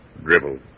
Dribble